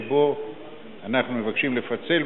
שאותו אנחנו מבקשים לפצל,